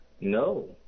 No